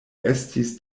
estis